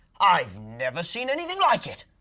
i've never seen anything like it!